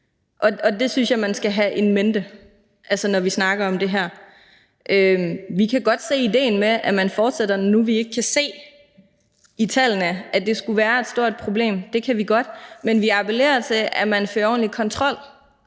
Det synes jeg man skal have in mente, når vi snakker om det her. Vi kan godt se idéen med, at man fortsætter, nu vi ikke kan se i tallene, at det skulle være et stort problem, det kan vi godt, men vi appellerer til, at man fører ordentlig kontrol